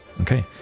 Okay